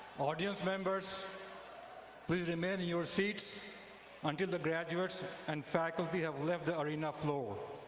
audience members please remain in your seats until the graduates and faculty have left the arena floor.